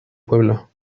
pueblo